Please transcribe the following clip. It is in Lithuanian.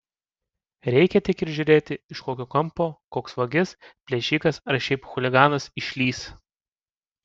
reikia tik ir žiūrėti iš kokio kampo koks vagis plėšikas ar šiaip chuliganas išlįs